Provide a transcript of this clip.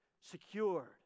Secured